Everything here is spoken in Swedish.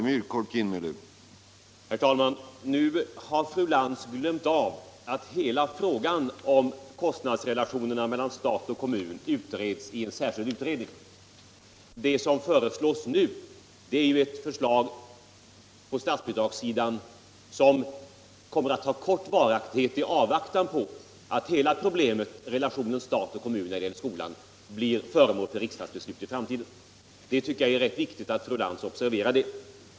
Herr talman! Nu har fru Lantz glömt att hela frågan om kostnadsrelationerna mellan stat och kommun utreds i en särskild utredning. Det förslag på statsbidragssidan som nu debatteras kommer att ha kort varaktighet i avvaktan på att hela problemet — relationen stat och kommun när det gäller skolan — blir föremål för riksdagens beslut i framtiden. Jag tycker det är viktigt att fru Lantz observerar det.